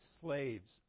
slaves